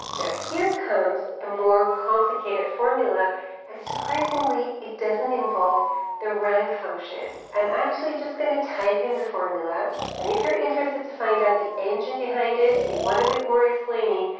now here comes a more complicated formula and surprisingly it doesn't involve the rank function. i'm actually just gonna type in the formula and if you're interested to find out the engine behind it, and you want a bit more explaining,